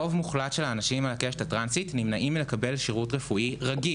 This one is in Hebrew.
רוב מוחלט של האנשים מהקשת הטרנסית נמנעים מלקבל שירות רפואי רגיל.